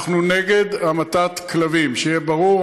אנחנו נגד המתת כלבים, שיהיה ברור.